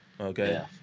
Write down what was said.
okay